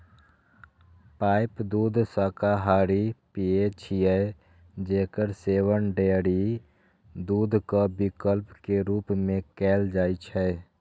pipe दूध शाकाहारी पेय छियै, जेकर सेवन डेयरी दूधक विकल्प के रूप मे कैल जाइ छै